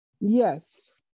Yes